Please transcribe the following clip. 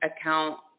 account